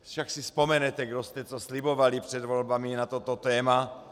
Však si vzpomenete, kdo jste co slibovali před volbami na toto téma.